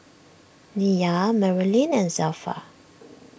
Nyah Maralyn and Zelpha